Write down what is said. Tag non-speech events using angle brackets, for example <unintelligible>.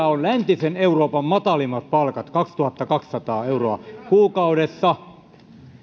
<unintelligible> on läntisen euroopan matalimmat palkat kaksituhattakaksisataa euroa kuukaudessa